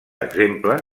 exemple